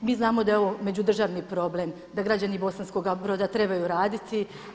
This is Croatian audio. Mi znamo da je ovo međudržavni problem, da građani Bosanskoga Broda trebaju raditi.